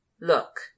Look